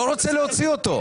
אני לא רוצה להוציא אותו.